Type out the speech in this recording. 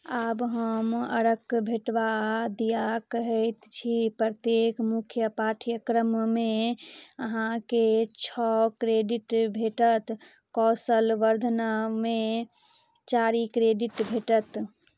आब हम अड़क भेटबा दिआ कहैत छी प्रत्येक मुख्य पाठ्यक्रममे अहाँके छओ क्रेडिट भेटत कौशल वर्द्धनमे चारि क्रेडिट भेटत